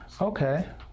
Okay